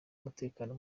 umutekano